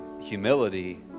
humility